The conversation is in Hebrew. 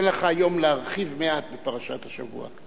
בבקשה, אתן לך היום להרחיב מעט בפרשת השבוע.